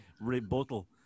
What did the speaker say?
rebuttal